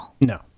No